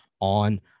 on